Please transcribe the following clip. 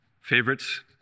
favorites